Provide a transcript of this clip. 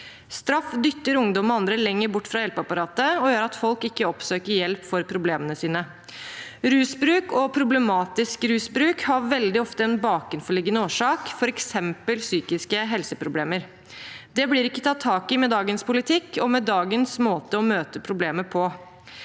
Straff dytter ungdom og andre lenger bort fra hjelpeapparatet og gjør at folk ikke oppsøker hjelp for problemene sine. Rusbruk og problematisk rusbruk har veldig ofte en bakenforliggende årsak, f.eks. psykiske helseproblemer. Det blir ikke tatt tak i med dagens politikk og med dagens måte å møte problemet på.